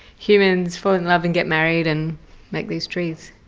humans fall in love and get married and make these trees.